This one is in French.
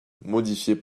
modifiées